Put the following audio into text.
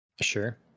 Sure